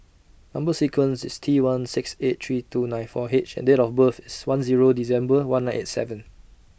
Number sequence IS T one six eight three two nine four H and Date of birth IS one Zero December one nine eight seven